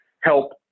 help